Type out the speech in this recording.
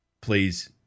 please